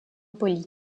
poli